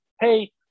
Hey